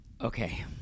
Okay